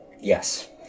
Yes